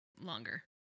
longer